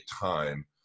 time